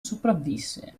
sopravvisse